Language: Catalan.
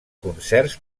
concerts